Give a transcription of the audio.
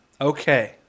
Okay